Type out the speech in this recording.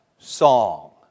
Song